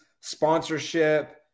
sponsorship